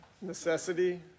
Necessity